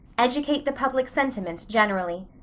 educate the public sentiment generally.